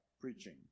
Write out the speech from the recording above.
preaching